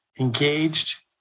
engaged